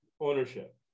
Ownership